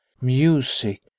Music